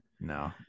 No